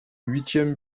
huitième